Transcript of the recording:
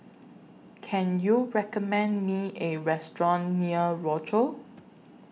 Can YOU recommend Me A Restaurant near Rochor